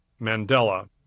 Mandela